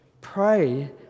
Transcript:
Pray